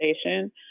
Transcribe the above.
station